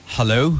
Hello